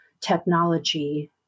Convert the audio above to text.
technology